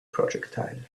projectile